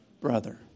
Brother